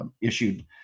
issued